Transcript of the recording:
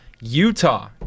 Utah